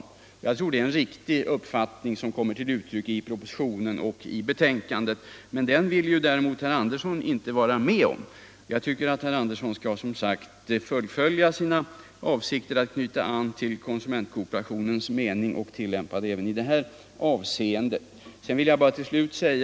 Jag tror det är en riktig uppfattning som kommer till uttryck i propositionen och i betänkandet. Men den uppfattningen vill herr Andersson inte vara med om. Jag tycker som sagt att herr Andersson skall fullfölja sina avsikter att knyta an till konsumentkooperationens mening och tillämpa den även i det här avseendet.